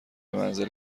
منزل